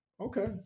Okay